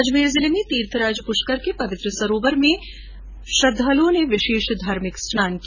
अजमेर जिले में तीर्थराज प्रष्कर के पवित्र सरोवर में श्रद्वालुओं ने विशेष धार्मिक स्नान किया